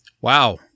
Wow